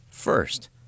First